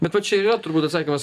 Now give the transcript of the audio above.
be va čia ir yra turbūt atsakymas